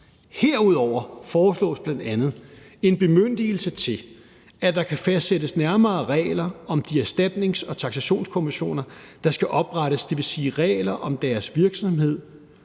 Herudover foreslås bl.a. en bemyndigelse til, at der kan fastsættes nærmere regler om de erstatnings- og taksationskommissioner, der skal oprettes; dvs. regler om deres virksomhed